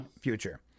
future